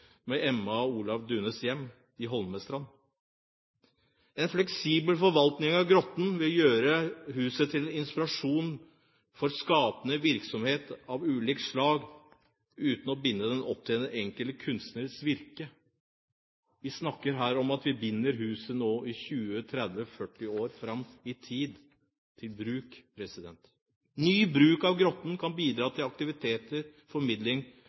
Emma og Olav Duuns hjem i Holmestrand. En fleksibel forvaltning av Grotten vil gjøre huset til en inspirasjon for skapende virksomhet av ulikt slag, uten å binde det opp til en enkelt kunstners virke. Vi snakker her om at vi binder huset i 20, 30, 40 år fram i tid. Ny bruk av Grotten kan bidra til aktiviteter, formidling